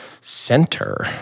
Center